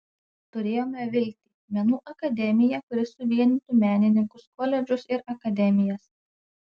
turėjome viltį menų akademiją kuri suvienytų menininkus koledžus ir akademijas